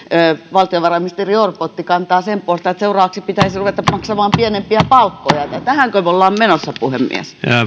valtiovarainministeri orpo otti kantaa sen puolesta että seuraavaksi pitäisi ruveta maksamaan pienempiä palkkoja tähänkö me olemme menossa puhemies